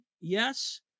Yes